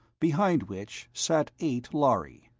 behind which sat eight lhari.